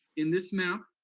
in this map,